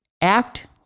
Act